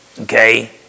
okay